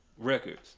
Records